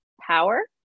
power